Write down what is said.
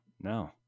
No